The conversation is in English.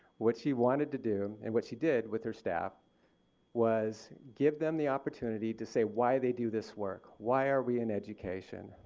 what she wanted to do and what she did with her staff was give them the opportunity to say why did they do this work, why are we in education,